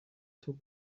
took